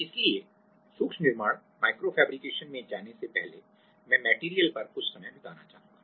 इसलिए सूक्ष्म निर्माण माइक्रो फैब्रिकेशन में जाने से पहले मैं मेटेरियल पर कुछ समय बिताना चाहूंगा